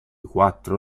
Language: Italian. quattro